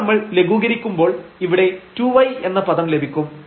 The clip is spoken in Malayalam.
ഇതിനെ നമ്മൾ ലഘൂകരിക്കുമ്പോൾ ഇവിടെ 2y എന്ന പദം ലഭിക്കും